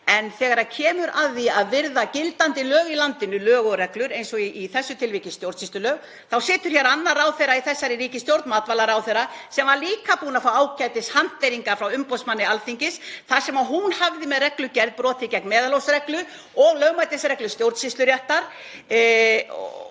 En þegar kemur að því að virða gildandi lög í landinu, lög og reglur, eins og í þessu tilviki stjórnsýslulög, þá situr annar ráðherra í þessari ríkisstjórn, matvælaráðherra, sem var líka búinn að fá ágætishanteringar frá umboðsmanni Alþingis þar sem hún hafði með reglugerð brotið gegn meðalhófsreglu og lögmætisreglu stjórnsýsluréttar